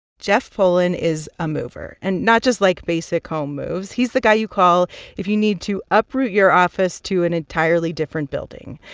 jeff polen is a mover, and not just, like, basic home moves. he's the guy you call if you need to uproot your office to an entirely different building.